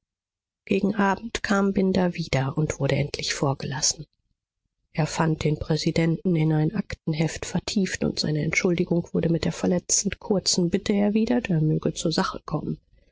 gegen abend kam binder wieder und wurde endlich vorgelassen er fand den präsidenten in ein aktenheft vertieft und seine entschuldigung wurde mit der verletzend kurzen bitte erwidert er möge zur sache kommen